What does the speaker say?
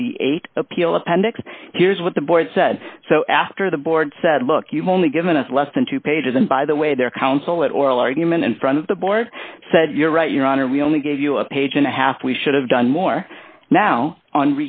ninety eight appeal appendix here's what the board said so after the board said look you've only given us less than two pages and by the way their counsel at oral argument in front of the board said you're right your honor we only gave you a page and a half we should have done more now on